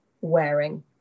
wearing